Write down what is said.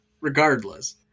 regardless